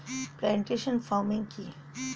Plantation farming কি?